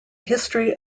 history